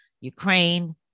Ukraine